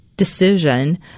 decision